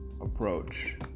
approach